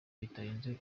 bitarenze